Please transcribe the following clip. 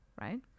right